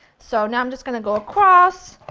so now i'm just going to go across,